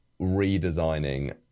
redesigning